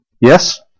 Yes